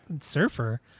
surfer